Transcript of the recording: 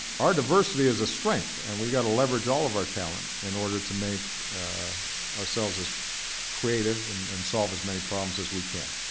our diversity is a strength. and we've got to leverage all of our talent in order to make ourselves as creative and and solve as many problems as we can